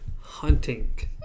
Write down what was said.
Hunting